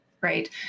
right